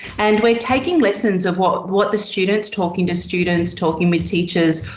and we're taking lessons of what what the students, talking to students, talking with teachers,